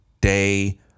Day